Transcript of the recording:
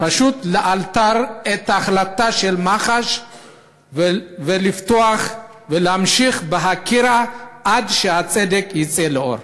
פשוט לאלתר את ההחלטה של מח"ש ולפתוח ולהמשיך בחקירה עד שהצדק יצא לאור.